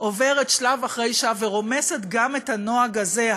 עוברת שלב אחרי שלב ורומסת גם את הנוהג הזה,